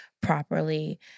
properly